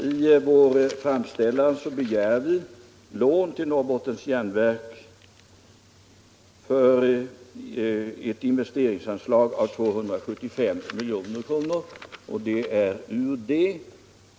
I vår framställan begär vi lån till Norrbottens Järnverk för investeringar om 275 milj.kr., och det är därifrån medlen skall tas.